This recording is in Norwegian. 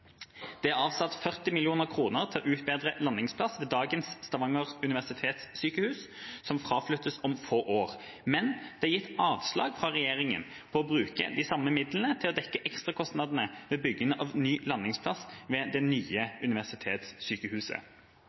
Det er avsatt 40 mill. kroner til å utbedre landingsplass ved dagens Stavanger universitetssykehus , som fraflyttes om få år, men det er gitt avslag fra regjeringen på å bruke disse midlene til å dekke ekstrakostnadene ved bygging av ny landingsplass ved «Nye SUS». Kan statsråden avklare hva det